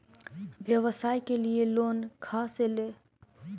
व्यवसाय के लिये लोन खा से ले?